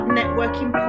Networking